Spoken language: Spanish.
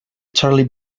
charlie